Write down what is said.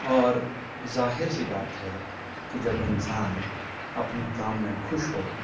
اور ظاہر سی بات ہے کہ جب انسان اپنے کام میں خوش ہو